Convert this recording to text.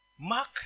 Mark